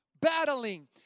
battling